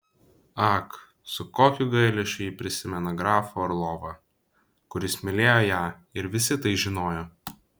ak su kokiu gailesčiu ji prisimena grafą orlovą kuris mylėjo ją ir visi tai žinojo